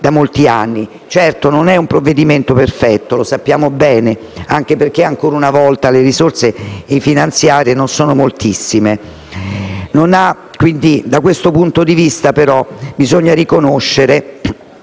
da molti anni. Certo non è un provvedimento perfetto, lo sappiamo bene, anche perché ancora una volta le risorse finanziarie non sono moltissime. Quindi, da questo punto di vista, bisogna riconoscere